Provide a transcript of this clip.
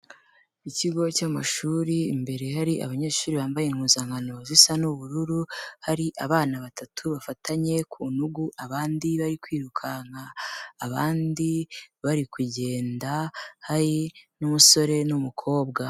Ikigo cy'amashuri imbere hari abanyeshuri bambaye impuzankano zisa n'ubururu, hari abana batatu bafatanye ku ntugu, abandi bari kwirukanka, abandi bari kugenda, hari n'umusore n'umukobwa.